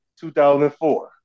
2004